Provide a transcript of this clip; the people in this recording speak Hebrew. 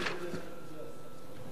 אני בדרך כלל מסכים לדברי השר.